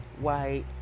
white